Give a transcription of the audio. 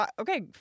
Okay